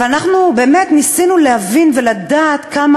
אבל אנחנו באמת ניסינו להבין ולדעת כמה